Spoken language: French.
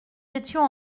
étions